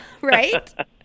right